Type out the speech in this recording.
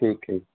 ਠੀਕ ਹੈ